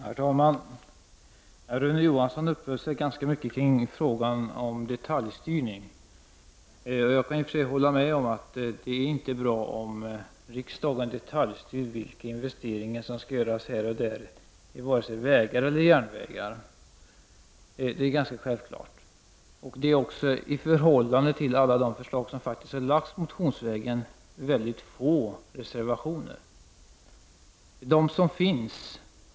Herr talman! Rune Johansson uppehöll sig ganska mycket kring frågan om detaljstyrning. Jag kan hålla med om att det inte är bra om riksdagen detaljstyr vilka investeringar som skall göras här och där vare sig det gäller järnvägar eller vägar. Det är ganska självklart. I förhållande till alla de förslag som har lagts fram motionsvägen är det väldigt få reservationer till detta betänkande.